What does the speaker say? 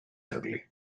ugly